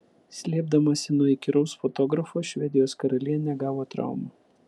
slėpdamasi nuo įkyraus fotografo švedijos karalienė gavo traumą